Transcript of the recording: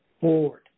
forward